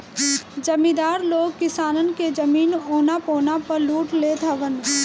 जमीदार लोग किसानन के जमीन औना पौना पअ लूट लेत हवन